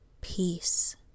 Peace